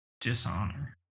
dishonor